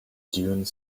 dune